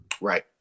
Right